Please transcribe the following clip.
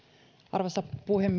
arvoisa